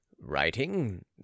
writing